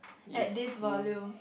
at this volume